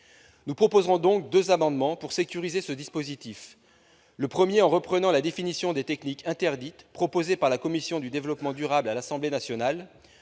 Nous présenterons donc deux amendements visant à sécuriser ce dispositif. Le premier reprend la définition des techniques interdites proposée par la commission du développement durable de l'Assemblée nationale.